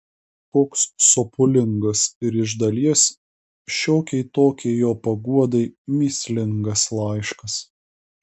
koks sopulingas ir iš dalies šiokiai tokiai jo paguodai mįslingas laiškas